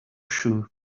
shoe